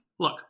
Look